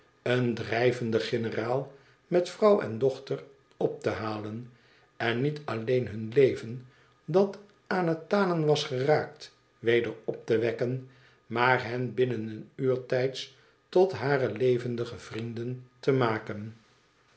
een drij venden generaal met vrouw en dochter op te halen en niet alleen hun leven dat aan het tanen was geraakt weder op te wekken maar hen binnen een uur tijds tot hare levendige vrienden te maken